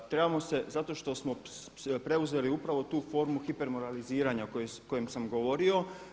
Trebamo se zato što smo preuzeli upravo tu formu hipermoraliziranja o kojem sam govorio.